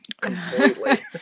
Completely